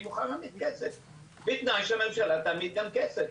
אני מוכן להעמיד כסף בתנאי שהממשלה תעמיד גם כסף.